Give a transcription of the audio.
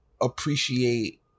appreciate